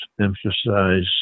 emphasize